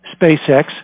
SpaceX